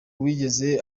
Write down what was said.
wigeze